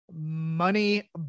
money